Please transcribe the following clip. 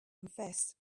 confessed